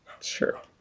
Sure